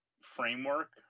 framework